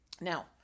Now